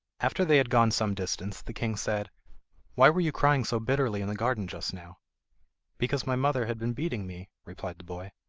after they had gone some distance the king said why were you crying so bitterly in the garden just now because my mother had been beating me replied the boy.